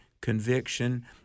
conviction